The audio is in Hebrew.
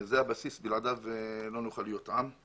יסוד הטהרה הוא הבסיס ובלעדיו לא נוכל להיות עם.